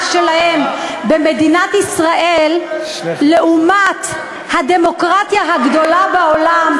שלהם במדינת ישראל לעומת הדמוקרטיה הגדולה בעולם,